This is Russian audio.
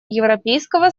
европейского